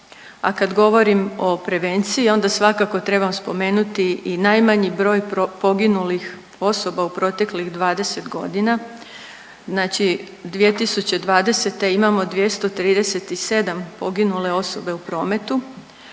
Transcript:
a kad govorim o prevenciji onda svakako trebam spomenuti i najmanji broj poginulih osoba u proteklih 20.g., znači 2020. imamo 237 poginule osobe u prometu,